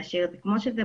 להשאיר את זה כמו שזה,